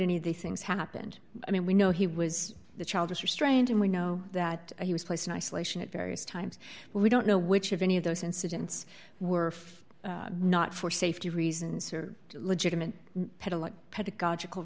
any of the things happened i mean we know he was the child is restrained and we know that he was placed in isolation at various times but we don't know which of any of those incidents were not for safety reasons or legitimate pedagogical